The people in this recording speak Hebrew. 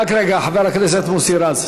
רק רגע, חבר הכנסת מוסי רז.